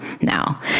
now